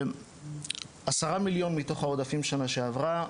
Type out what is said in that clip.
10 מיליון מתוך העודפים שנה שעברה,